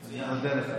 אז אני מאפשר לו להמשיך.